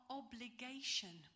obligation